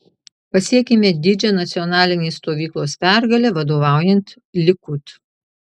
pasiekėme didžią nacionalinės stovyklos pergalę vadovaujant likud